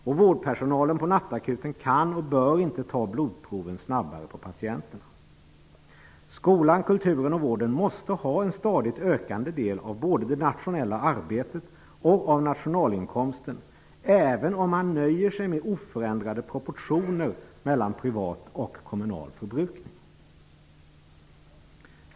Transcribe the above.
Och vårdpersonalen på nattakuten kan och bör inte ta blodproven snabbare på patienterna. Skolan, kulturen och vården måste ha en stadigt ökande del av både det nationella arbetet och av nationalinkomsten, även om man nöjer sig med oförändrade proportioner mellan privat och kommunal förbrukning.